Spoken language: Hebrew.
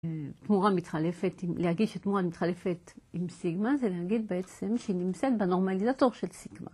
תמורה מתחלפת, להגיד שתמורה מתחלפת עם סיגמא זה להגיד בעצם שהיא נמצאת בנורמליזטור של סיגמא.